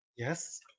Yes